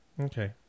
Okay